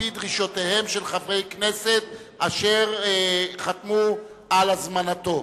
על-פי דרישותיהם של חברי הכנסת אשר חתמו על הזמנתו.